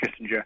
Kissinger